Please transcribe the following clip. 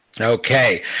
okay